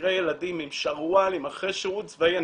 תראה ילדים עם שרוולים אחרי שירות צבאי.